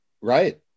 right